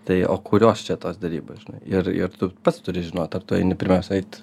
tai o kurios čia tos derybos žinai ir ir tu pats turi žinot ar tu eini pirmiausiai eit